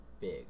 big